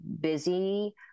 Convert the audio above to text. busy